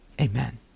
Amen